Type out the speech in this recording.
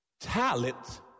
Talent